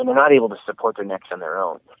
and not able to support their necks on their own,